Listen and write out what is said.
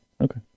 Okay